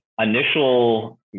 initial